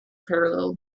parallel